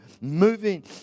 moving